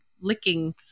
licking